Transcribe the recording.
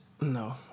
No